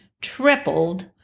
tripled